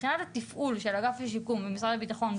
מבחינת התפעול של אגף השיקום במשרד הביטחון,